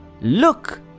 Look